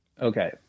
Okay